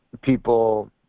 people